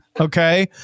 okay